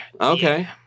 okay